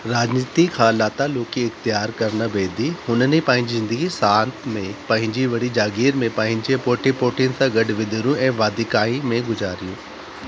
राजनीति खां लातालुकी इख़्तियारु करणु बैदि हुननि पंहिंजी ज़िंदगी शांति में पंहिंजी वॾी जागीर में पंहिंजे पोटे पोटिनि सां गॾु विंदरूं ऐं वादिकाईअ में गुज़ारियो